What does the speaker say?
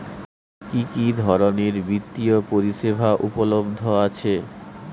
কি কি ধরনের বৃত্তিয় পরিসেবা উপলব্ধ আছে?